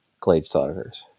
Gladestalkers